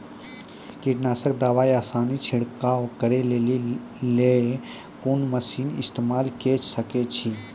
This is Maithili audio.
कीटनासक दवाई आसानीसॅ छिड़काव करै लेली लेल कून मसीनऽक इस्तेमाल के सकै छी?